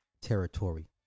territory